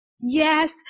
Yes